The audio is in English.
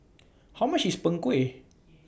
How much IS Png Kueh